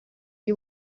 gli